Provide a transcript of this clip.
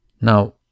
now